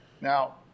Now